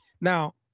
Now